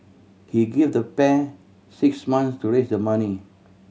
he gave the pair six months to raise the money